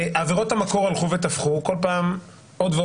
עבירות המקור הלכו וטפחו, הוסיפו